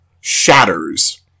shatters